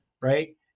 Right